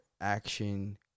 action